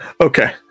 Okay